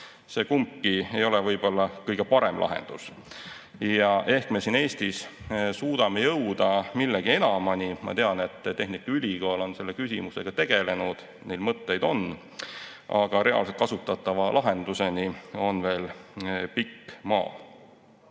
Kumbki ei ole võib-olla kõige parem lahendus. Ja ehk me siin Eestis suudame jõuda millegi enamani. Ma tean, et tehnikaülikool on selle küsimusega tegelenud, neil mõtteid on, aga reaalselt kasutatava lahenduseni on veel pikk maa.